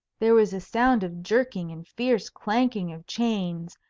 there was a sound of jerking and fierce clanking of chains,